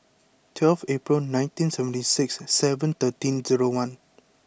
twelve April nineteen seventy six seven thirteen zero one